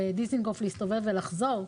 להסתובב בדיזינגוף ולחזור.